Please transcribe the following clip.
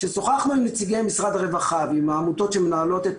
כששוחחנו עם נציגי משרד הרווחה ועם העמותות שמנהלות את